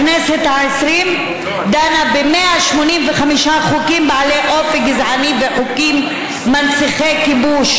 הכנסת ה-20 דנה ב-185 חוקים בעלי אופי גזעני וחוקים מנציחי כיבוש.